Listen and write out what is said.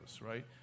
right